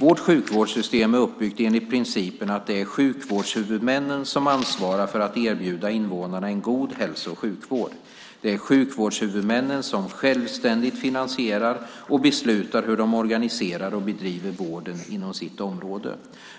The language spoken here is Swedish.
Vårt sjukvårdssystem är uppbyggt enligt principen att det är sjukvårdshuvudmännen som ansvarar för att erbjuda invånarna en god hälso och sjukvård. Det är sjukvårdshuvudmännen som självständigt finansierar och beslutar hur de organiserar och bedriver vården inom sitt område.